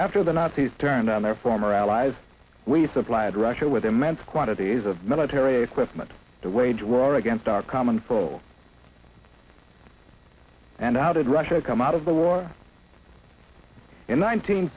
after the nazis turned on their former allies we supplied russia with immense quantities of military equipment to wage war against our common for all and now did russia come out of the war in nineteen